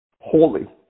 holy